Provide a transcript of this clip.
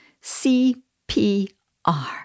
C-P-R